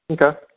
Okay